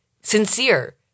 sincere